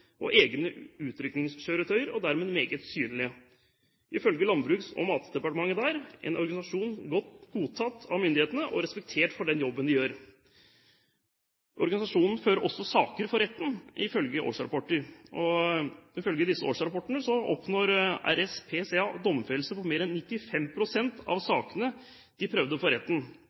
og egne utrykningskjøretøyer, og de er dermed meget synlige. Ifølge landbruks- og matdepartementet der er det en organisasjon som er godtatt av myndighetene og respektert for den jobben de gjør. Organisasjonen fører også saker for retten. Ifølge årsrapporter oppnådde RSPCA domfellelse i mer enn 95 pst. av sakene som de prøvde